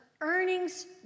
earnings